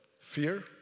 fear